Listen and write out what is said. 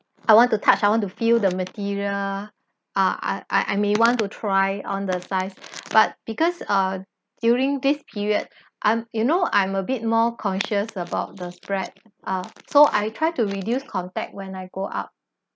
I want to touch I want to feel the material uh I I may want to try on the size but because uh during this period I'm you know I'm a bit more conscious about the spread uh so I try to reduce contact when I go out